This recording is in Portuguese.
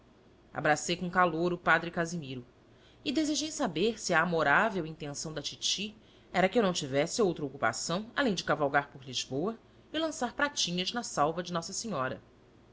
abracei com calor o padre casimiro e desejei saber se a amorável intenção da titi era que eu não tivesse outra ocupação além de cavalgar por lisboa e lançar pratinhas na salva de nossa senhora